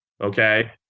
Okay